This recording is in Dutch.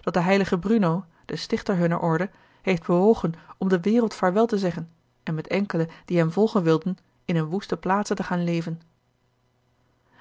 dat de heilige bruno de stichter hunner orde heeft bewogen om de wereld vaarwel te zeggen en met enkelen die hem volgen wilden in eene woeste plaats te gaan leven